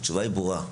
התשובה היא ברורה.